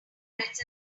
carrots